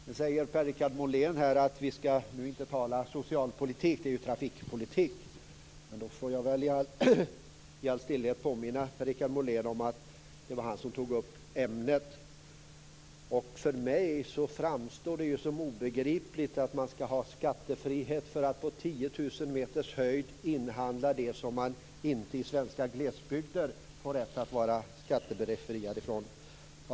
Per-Richard Molén sade att vi inte skall tala socialpolitik - det är trafikpolitik det gäller nu. Jag får då i all stillsamhet påminna Per-Richard Molén om att det var han som tog upp ämnet. För mig framstår det som obegripligt att man skall ha skattefrihet för att på 10 000 meters höjd inhandla det som man inte har rätt att vara skattebefriad för i svenska glesbygder.